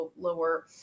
lower